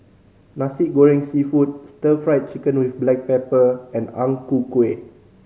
Nasi Goreng Seafood Stir Fried Chicken with black pepper and Ang Ku Kueh